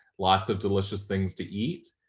lots of delicious things to eat.